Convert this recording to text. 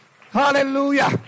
Hallelujah